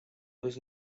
was